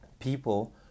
people